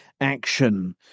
action